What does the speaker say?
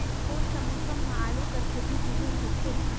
कोन सा मौसम म आलू कर खेती सुघ्घर होथे?